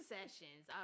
Sessions